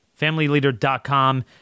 Familyleader.com